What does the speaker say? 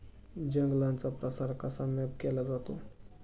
जंगलांचा प्रसार कसा मॅप केला जातो?